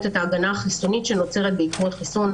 את ההגנה החיסונית שנוצרת בעקבות חיסון,